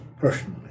personally